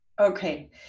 Okay